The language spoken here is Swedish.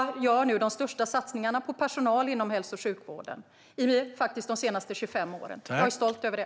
Vi gör nu de största satsningarna på personal inom hälso och sjukvården under de senaste 25 åren. Jag är stolt över det.